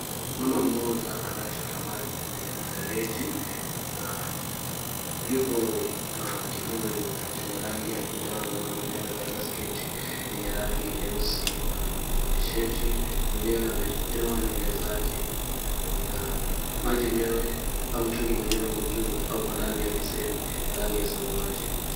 Mama mmoja anayechota maji kwenye mfereji na yupo na kibuyu chenye rangi ya kinjano na mwenye amevalia sketi yenye rangi nyeusi na tishati . Mwenyewe amenyoa nywele zake na maji yenyewe au mtungi wenyewe uko ndani ya besheni ya rangi ya samawati.